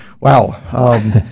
Wow